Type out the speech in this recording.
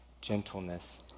gentleness